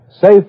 safe